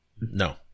No